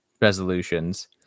resolutions